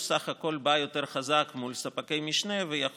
הוא בא יותר חזק מול קבלני משנה וספקי